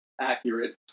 accurate